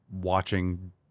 watching